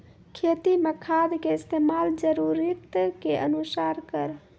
खेती मे खाद के इस्तेमाल जरूरत के अनुसार करऽ